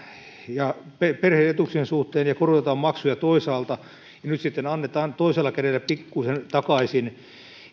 perhe etuuksien suhteen ja korotetaan maksuja toisaalta ja nyt sitten annetaan toisella kädellä pikkusen takaisin